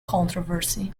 controversy